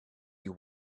you